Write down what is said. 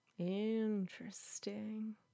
interesting